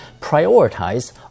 prioritize